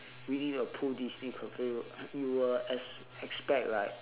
winnie the pooh disney cafe you will ex~ expect like